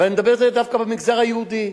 ואני מדבר דווקא במגזר היהודי.